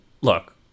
look